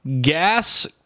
gas